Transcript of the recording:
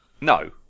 No